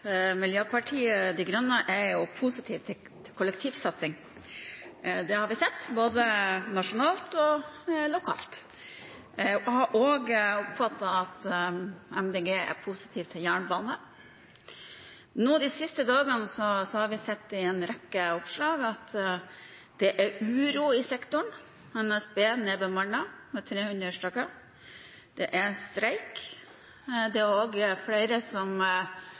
Miljøpartiet De Grønne er positive til kollektivsatsing. Det har vi sett både nasjonalt og lokalt. Jeg har også oppfattet at Miljøpartiet De Grønne er positive til jernbane. Nå har vi de siste dagene sett i en rekke oppslag at det er uro i sektoren. NSB nedbemanner med 300. Det er streik. Det er også flere som